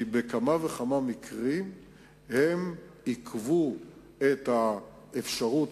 כי בכמה וכמה מקרים הם עיכבו את האפשרות